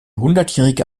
hundertjährige